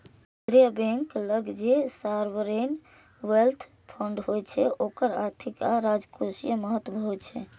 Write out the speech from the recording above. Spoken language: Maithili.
केंद्रीय बैंक लग जे सॉवरेन वेल्थ फंड होइ छै ओकर आर्थिक आ राजकोषीय महत्व होइ छै